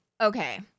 okay